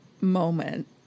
moment